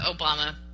Obama